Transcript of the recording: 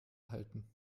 halten